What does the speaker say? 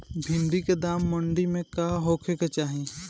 भिन्डी के दाम मंडी मे का होखे के चाही?